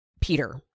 Peter